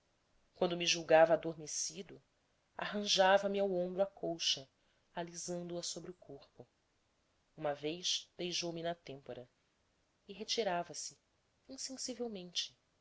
quando me julgava adormecido arranjava me ao ombro a colcha alisando a sobre o corpo uma vez beijou-me na têmpora e retirava se insensivelmente